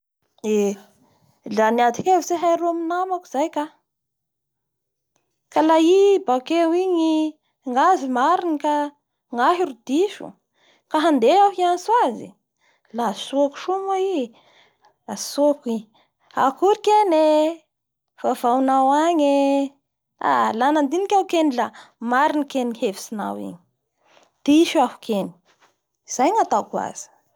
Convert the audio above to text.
Eee laha niady hevitsy ahay roa amin'ny namako zay ka laha i bakeo igny ngazy mariny ka ngahy ro diso ka handeha aho hiantso azy lzy la antsoiko soa moa i, la antsoiky i: Akory keny ee !vaovao nao agny e! la nandiniky iaho keny la maringny keny hevitsinao igny diso iaho keny, zazy ngataoko azy!